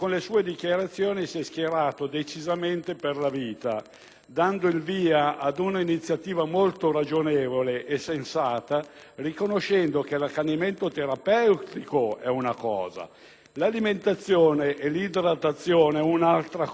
dando il via ad un'iniziativa molto ragionevole e sensata, riconoscendo che l'accanimento terapeutico è una cosa, l'alimentazione e l'idratazione un'altra. Si tratta di due cose distinte e molto diverse